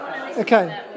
Okay